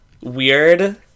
weird